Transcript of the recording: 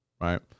right